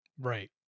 Right